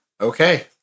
Okay